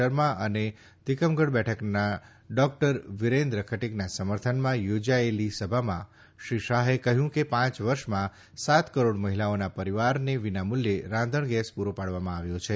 શર્મા અને તિકમગઢ બેઠકના ડોકટર વિરેન્દ્ર ખટીકના સમર્થનમાં યોજાયેલી સભામાં શ્રી શાહે કહયું કે પાંચ વર્ષમાં સાત કરોડ મહિલાઓના પરીવારને વિના મુલ્યે રાંધણગેસ પુરો પાડવામાં આવ્યો છે